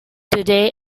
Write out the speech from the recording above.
today